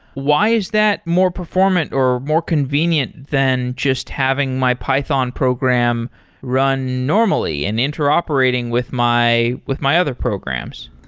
why is that more performant or more convenient than just having my python program run normally and interoperating with my with my other programs?